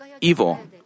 evil